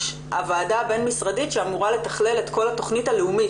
הוועדה הבין משרדית שאמורה לתכלל את כל התכנית הלאומית.